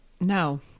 No